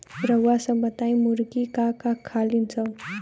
रउआ सभ बताई मुर्गी का का खालीन सब?